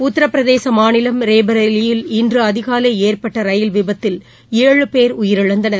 உத்திரபிரதேச மாநிவம் ரேபரெய்லியில் இன்று அதிகாலை ஏற்பட்ட ரயில் விபத்தில் ஏழு பேர் உயிரிழந்தனர்